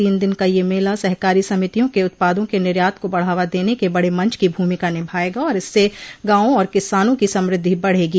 तीन दिन का यह मेला सहकारी समितियों के उत्पादों के निर्यात को बढ़ावा देने के बड़े मच की भूमिका निभायेगा और इससे गांवों और किसानों की समृद्धि बढ़ेगी